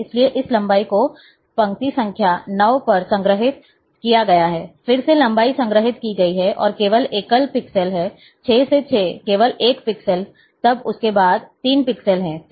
इसलिए इस लंबाई को पंक्ति संख्या 9 पर संग्रहीत किया गया है फिर से लंबाई संग्रहीत की गई है और केवल एकल पिक्सेल है 6 से 6 केवल 1 पिक्सेल तब उसके बाद 3 पिक्सेल हैं